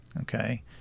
Okay